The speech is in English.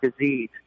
disease